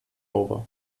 over